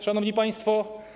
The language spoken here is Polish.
Szanowni Państwo!